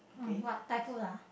um what Thai food ah